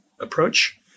approach